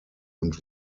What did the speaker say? und